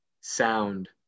sound